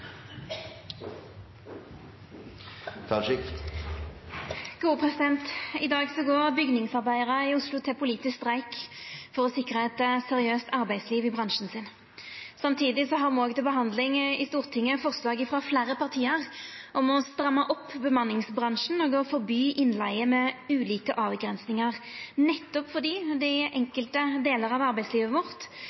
I dag går bygningsarbeidarar i Oslo til politisk streik for å sikra eit seriøst arbeidsliv i bransjen. Samtidig har me òg til behandling i Stortinget forslag frå fleire parti om å stramma opp bemanningsbransjen og forby innleige, med ulike avgrensingar, nettopp fordi det i enkelte delar av arbeidslivet vårt